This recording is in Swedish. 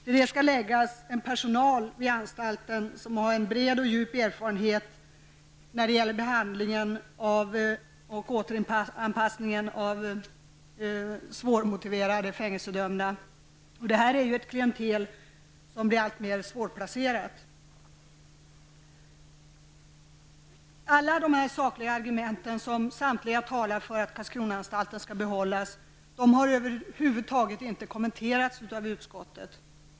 Till det skall läggas en personal på anstalten som har en bred och djup erfarenhet när det gäller behandlingen av och återanpassningen av svårmotiverade fängelsedömda. Det är ett klientel som blir alltmer svårplacerat. Alla dessa sakliga argument som samtliga talar för att Karlskronaanstalten skall behållas har över huvud taget inte kommenterats av utskottet.